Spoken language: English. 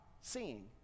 seeing